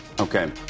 Okay